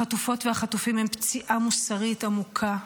החטופות והחטופים הם פציעה מוסרית עמוקה,